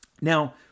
Now